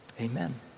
amen